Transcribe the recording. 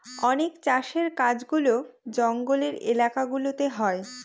অনেক চাষের কাজগুলা জঙ্গলের এলাকা গুলাতে হয়